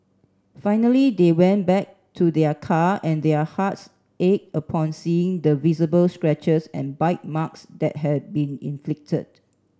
finally they went back to their car and their hearts ached upon seeing the visible scratches and bite marks that had been inflicted